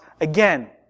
again